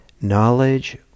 knowledge